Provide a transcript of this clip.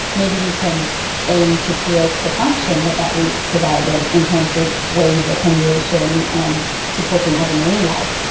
maybe you can aim to create the function that that reef provided in terms of wave attenuation and supporting other marine life,